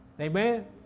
Amen